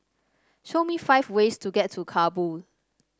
show me five ways to get to Kabul